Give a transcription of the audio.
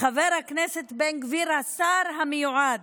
חבר הכנסת בן גביר, השר המיועד,